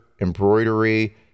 embroidery